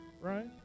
right